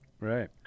Right